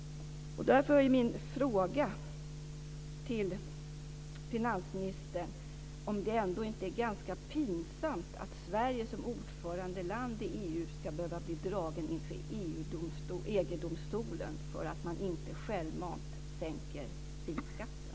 Därför är min fråga till finansministern om det ändå inte är ganska pinsamt att Sverige som ordförandeland i EU ska behöva bli draget inför EG domstolen för att man inte självmant sänker vinskatten.